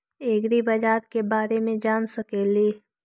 ऐग्रिबाजार के बारे मे जान सकेली?